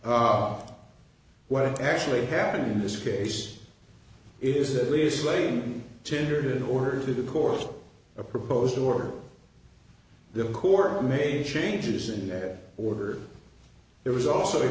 of what actually happened in this case is at least lame tendered an order to the course a proposed order the court made changes in that order there was also